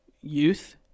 youth